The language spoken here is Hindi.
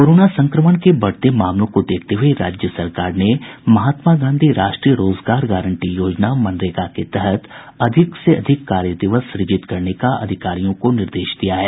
कोरोना संक्रमण के बढ़ते मामलों को देखते हुए राज्य सरकार ने महात्मा गांधी राष्ट्रीय रोजगार गारंटी योजना मनरेगा के तहत अधिक से अधिक कार्यदिवस सृजित करने का अधिकारियों को निर्देश दिया है